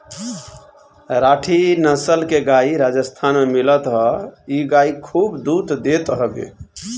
राठी नसल के गाई राजस्थान में मिलत हअ इ गाई खूब दूध देत हवे